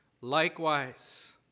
Likewise